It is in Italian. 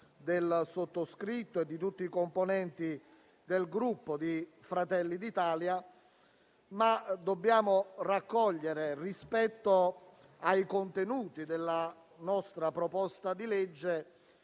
del sottoscritto e di tutti i componenti del Gruppo Fratelli d'Italia. Dobbiamo però raccogliere, rispetto ai contenuti della nostra proposta di legge,